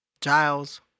Giles